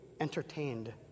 Entertained